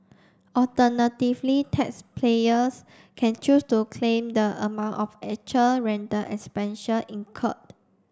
alternatively taxpayers can choose to claim the amount of actual rental incurred